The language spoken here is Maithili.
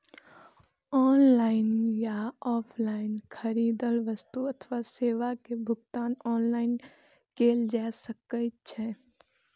ऑनलाइन या ऑफलाइन खरीदल वस्तु अथवा सेवा के भुगतान ऑनलाइन कैल जा सकैछ